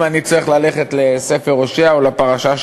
אם אני צריך ללכת לספר הושע או לפרשה,